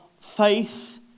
faith